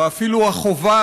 ואפילו החובה,